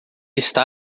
está